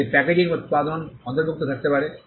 এতে প্যাকেজিং উপাদান অন্তর্ভুক্ত থাকতে পারে